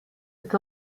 est